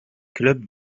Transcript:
clubs